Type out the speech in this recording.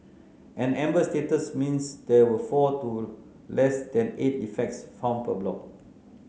an amber status means there were four to less than eight defects found per block